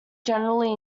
generally